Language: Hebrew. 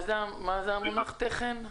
מה זה המונח "תכן"?